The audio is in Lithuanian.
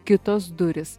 kitos durys